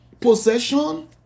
Possession